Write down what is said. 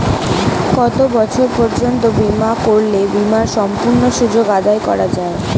কত বছর পর্যন্ত বিমা করলে বিমার সম্পূর্ণ সুযোগ আদায় করা য়ায়?